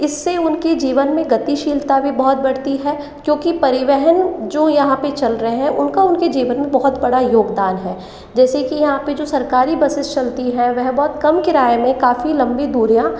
इससे उनके जीवन में गतिशीलता भी बहुत बढ़ती है क्योंकि परिवहन जो यहाँ पर चल रहे हैं उनका उनके जीवन में बहुत बड़ा योगदान है जैसे कि यहाँ पर जो सरकारी बसें चलती है बहुत कम किराए में काफ़ी लंबी दूरियाँ